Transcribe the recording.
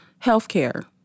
healthcare